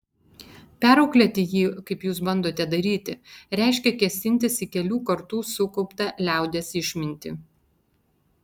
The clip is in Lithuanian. perauklėti jį kaip jūs bandote daryti reiškia kėsintis į kelių kartų sukauptą liaudies išmintį